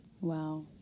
Wow